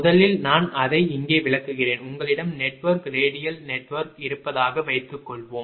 முதலில் நான் அதை இங்கே விளக்குகிறேன் உங்களிடம் நெட்வொர்க் ரேடியல் நெட்வொர்க் இருப்பதாக வைத்துக்கொள்வோம்